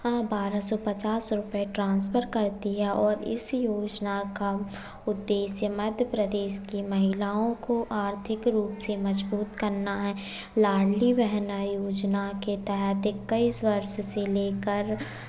बारह सौ पचास रुपए ट्रांसफर करती है और इस योजना का उद्देश्य मध्यप्रदेश की महिलाओं को आर्थिक रूप से मजबूत करना है लाडली बहना योजना के तहत इक्कीस वर्ष से लेकर